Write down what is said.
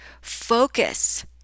Focus